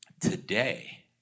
today